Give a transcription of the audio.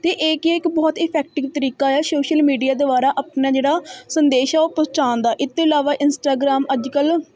ਅਤੇ ਇਹ ਕੀ ਆ ਇੱਕ ਬਹੁਤ ਇਫੈਕਟਿਵ ਤਰੀਕਾ ਆ ਸੋਸ਼ਲ ਮੀਡੀਆ ਦੁਆਰਾ ਆਪਣਾ ਜਿਹੜਾ ਸੰਦੇਸ਼ ਆ ਉਹ ਪਹੁੰਚਾਉਣ ਦਾ ਇਸ ਤੋਂ ਇਲਾਵਾ ਇੰਸਟਾਗਰਾਮ ਅੱਜ ਕੱਲ੍ਹ